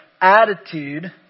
attitude